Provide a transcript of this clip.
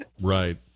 Right